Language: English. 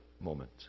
moment